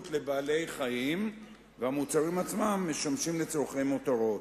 לבעלי-חיים והמוצרים עצמם משמשים לצורכי מותרות.